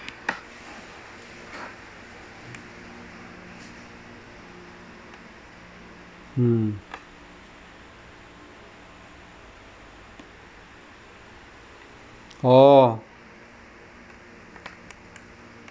mm oh